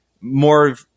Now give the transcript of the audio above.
more